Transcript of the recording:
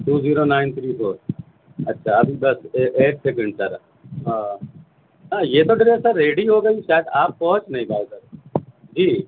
to zero nine three four اچھا ابھی بس ایک سیکنڈ سر ہاں یہ تو ڈریس سر ریڈی ہوگئی شاید آپ پہونچ نہیں پائے سر جی